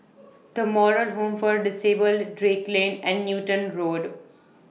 The Moral Home For Disabled Drake Lane and Newton Road